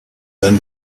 then